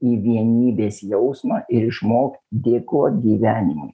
į vienybės jausmą ir išmokt dėkot gyvenimui